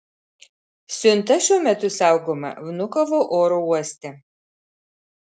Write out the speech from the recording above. siunta šiuo metu saugoma vnukovo oro uoste